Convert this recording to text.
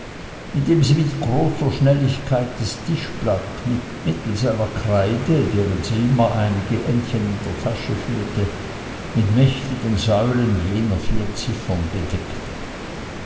indem sie mit großer schnelligkeit das tischblatt mittelst einer kreide deren sie immer einige endchen in der tasche führte mit mächtigen säulen jener vier ziffern bedeckte